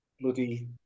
bloody